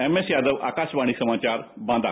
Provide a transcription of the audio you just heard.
MS Yadav Akashvani समाचार बांदा